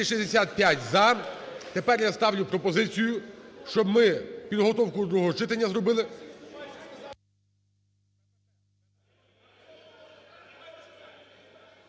265 – за. Тепер я ставлю пропозицію, щоб ми підготовку до другого читання зробили…